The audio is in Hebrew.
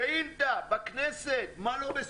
זו היתה השאילתה, בכנסת, מה לא בסדר?